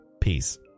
Peace